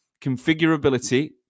configurability